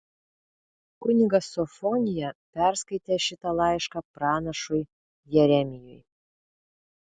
kunigas sofonija perskaitė šitą laišką pranašui jeremijui